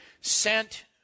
sent